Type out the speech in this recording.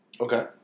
Okay